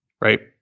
right